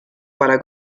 para